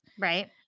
Right